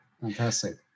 fantastic